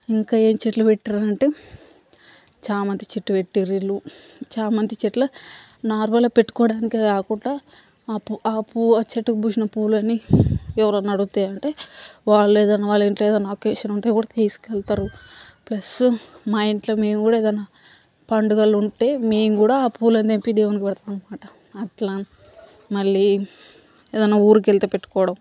ఇంకా ఏం చెట్లు పెట్టిండ్రు అని అంటే చామంతి చెట్టు పెట్టిర్రు వీళ్ళు చామంతి చెట్ల నార్మల్ పెట్టుకోవడానికే కాకుండా ఆ పూల చెట్టుకు పూసిన పూలని ఎవరన్నా అడుగుతే అంటే వాలేదన్న వాళ్ళ ఇంట్ల ఏదన్నా అకేషన్ ఉంటే కూడా తీసుకెళ్తారు ప్లస్ మా ఇంట్ల మేము కూడా ఏదన్నా పండుగలు ఉంటే మేం కూడా ఆ పూలనే తెంపి దేవుడికి పెడతాం అనమాట అట్లా మళ్ళీ ఏదన్నా ఊరికి వెళితే పెట్టుకోవడం